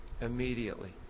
immediately